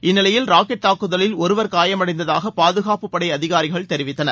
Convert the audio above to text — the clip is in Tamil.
இந்நிலையில் ராக்கெட் தாக்குதலில் ஒருவர் காயமடைந்ததாக பாதுகாப்பு படை அதிகாரிகள் தெரிவித்தனர்